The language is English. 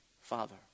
Father